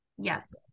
yes